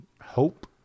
hope